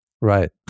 right